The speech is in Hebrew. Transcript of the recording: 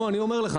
אני אומר לך.